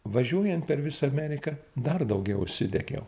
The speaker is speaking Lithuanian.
važiuojant per visą ameriką dar daugiau užsidegiau